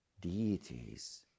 deities